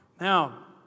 Now